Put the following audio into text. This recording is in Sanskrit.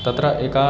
तत्र एका